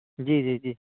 جی جی جی